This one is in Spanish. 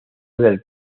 del